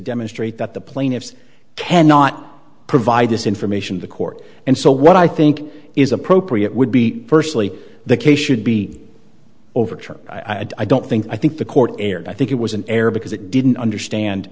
demonstrate that the plaintiffs cannot provide this information the court and so what i think is appropriate would be firstly the case should be overturned i don't think i think the court erred i think it was an error because it didn't understand